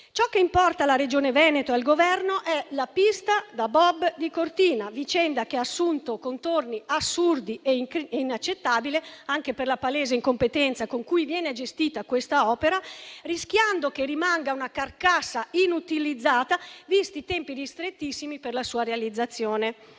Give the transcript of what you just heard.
Ciò che importa alla Regione Veneto e al Governo è la pista da bob di Cortina, una vicenda che ha assunto contorni assurdi e inaccettabili, anche per la palese incompetenza con cui quest'opera viene gestita, rischiando che rimanga una carcassa inutilizzata, visti i tempi ristrettissimi per la sua realizzazione.